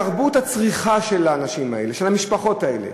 תרבות הצריכה של האנשים האלה, של המשפחות האלה,